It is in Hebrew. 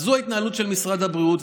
זו ההתנהלות של משרד הבריאות,